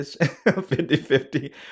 50-50